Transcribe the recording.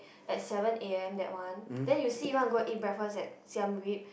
at seven am that one then you see you wanna go eat breakfast at Siem Reap